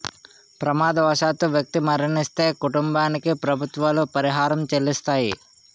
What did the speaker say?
ప్రమాదవశాత్తు వ్యక్తి మరణిస్తే కుటుంబానికి ప్రభుత్వాలు పరిహారం చెల్లిస్తాయి